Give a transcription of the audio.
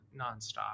nonstop